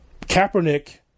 Kaepernick